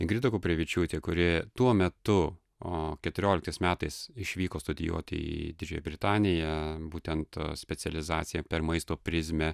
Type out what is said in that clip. ingrida kuprevičiūtė kuri tuo metu o keturioliktais metais išvyko studijuoti į didžiąją britaniją būtent specializacija per maisto prizmę